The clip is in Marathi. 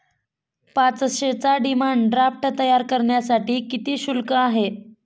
पाचशेचा डिमांड ड्राफ्ट तयार करण्यासाठी किती शुल्क आहे?